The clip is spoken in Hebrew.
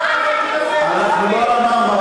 אנחנו עם אחד.